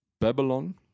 Babylon